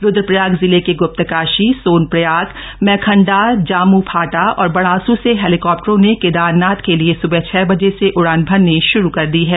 रुदप्रयाग जिले के ग्रप्तकाशी सोनप्रयाग मैखंडा जामू फाटा और बडासू से हेलीकॉप्टरों ने केदारनाथ के लिए सुबह छह बजे से उड़ान भरनी शुरू कर दी है